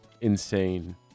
insane